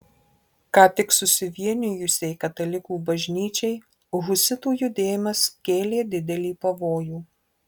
ką tik susivienijusiai katalikų bažnyčiai husitų judėjimas kėlė didelį pavojų